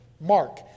mark